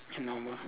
abnormal